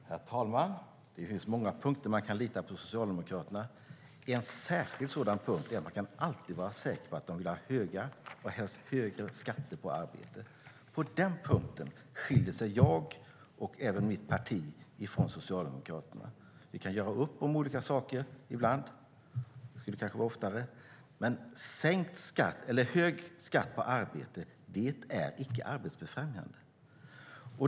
Herr talman! Det finns många punkter där man kan lita på Socialdemokraterna. En särskild sådan punkt är att man alltid kan vara säker på att de vill ha höga och helst högre skatter på arbete. På den punkten skiljer sig jag och även mitt parti från Socialdemokraterna. Vi kan göra upp om olika saker ibland - det skulle kanske vara oftare - men hög skatt på arbete är icke arbetsbefrämjande.